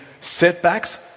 setbacks